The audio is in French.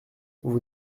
vous